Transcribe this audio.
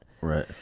Right